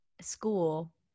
school